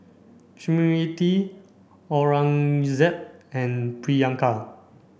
Smriti Aurangzeb and Priyanka